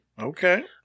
Okay